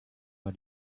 war